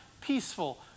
peaceful